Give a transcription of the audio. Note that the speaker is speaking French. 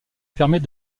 permet